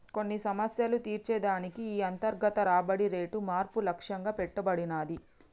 కొన్ని సమస్యలు తీర్చే దానికి ఈ అంతర్గత రాబడి రేటు మార్పు లక్ష్యంగా పెట్టబడినాది